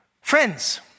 Friends